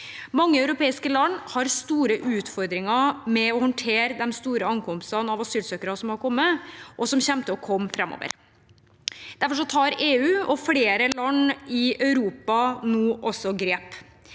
Mange europeiske land har store utfordringer med å håndtere de store ankomstene av asylsøkere som har kommet, og som kommer til å komme framover. Derfor tar EU og flere land i Europa nå grep.